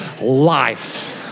life